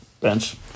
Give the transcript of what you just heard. bench